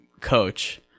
coach